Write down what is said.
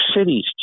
cities